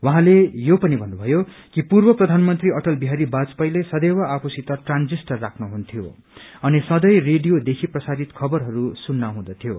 उहाँले यो पनि भन्नुषयो कि पूर्व प्रयानमन्त्री अटल बिहारी वाजपेयीले सदैव आफूसित ट्रांजिस्टर राख्नु हुथ्यो अनि सँचै रेडियो देखि प्रसारित खबरहरू सुन्न हुँदथ्यो